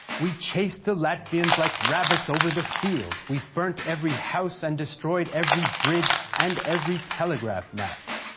we chased the latvians like rabbits over the fields, we burnt every house and destroyed every bridge and every telegraph mast.